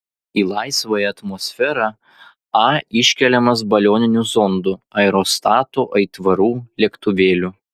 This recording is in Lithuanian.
į laisvąją atmosferą a iškeliamas balioninių zondų aerostatų aitvarų lėktuvėlių